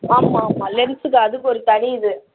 ஆமாம் ஆமாம் லென்ஸ்ஸுக்கு அதுக்கு ஒரு தனி இது